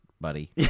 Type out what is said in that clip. buddy